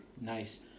nice